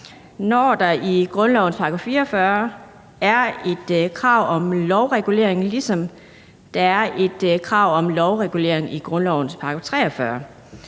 når der i grundlovens § 44 er et krav om lovregulering, ligesom der er et krav om lovregulering i grundlovens § 43?